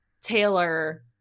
Taylor